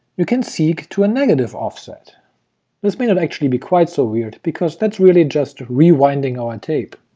you can seek to a negative offset this may not actually be quite so weird, because that's really just rewinding our and tape.